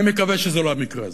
אני מקווה שזה לא המקרה הזה.